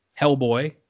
Hellboy